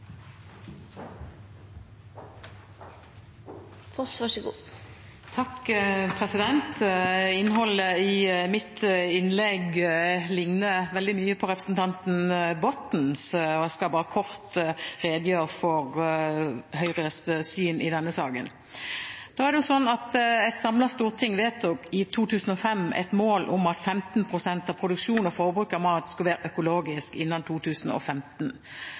jeg skal bare kort redegjøre for Høyres syn i denne saken. Et samlet storting vedtok i 2005 et mål om at 15 pst. av produksjon og forbruk av mat skulle være økologisk innen 2015.